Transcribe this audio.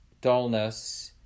dullness